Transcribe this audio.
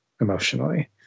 emotionally